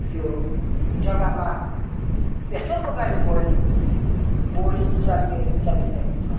यो जग्गामा यसै प्रकारले बोलि बोलिचालीहरू चलिरहेको छ